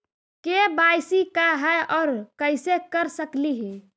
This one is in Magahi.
के.वाई.सी का है, और कैसे कर सकली हे?